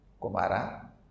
Kumara